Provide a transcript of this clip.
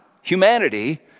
humanity